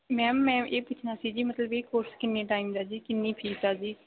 ma'am ਮੈਂ ਇਹ ਪੁੱਛਣਾ ਸੀ ਜੀ ਮਤਲਬ ਇਹ ਕੋਰਸ ਕਿੰਨੇ ਟਾਈਮ ਦਾ ਜੀ ਕਿੰਨੀ ਫੀਸ ਆ ਜੀ